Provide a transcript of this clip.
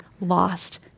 lost